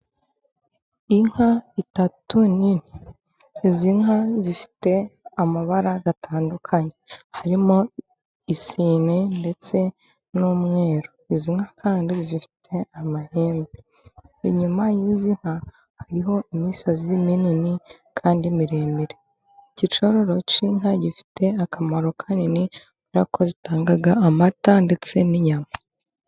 Inka eshatu atu nini . Izi nka zifite amabara atandukanye . Harimo isine ndetse n'umweru. Izi nka kandi zifite amahembe . Inyuma y'izi nka hariho imisozi minini kandi miremire . Iki cyororo cy'inka gifite akamaro kanini kubera ko zitanga amata ndetse n'inyama.